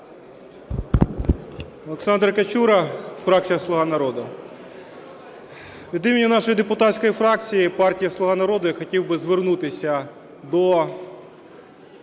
Олександр Качура, фракція "Слуга народу". Від імені нашої депутатської фракції партії "Слуга народу" я хотів би звернутися до